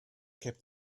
kept